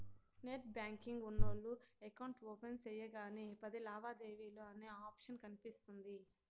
net banking ఉన్నోల్లు account open సెయ్యగానే పది లావాదేవీలు అనే ఆప్షన్ కనిపిస్తుంది